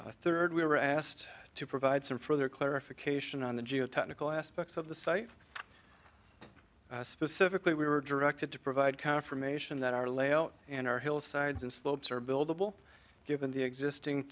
permit third we were asked to provide some further clarification on the geo technical aspects of the site specifically we were directed to provide confirmation that our layout and our hillsides and slopes are buildable given the existing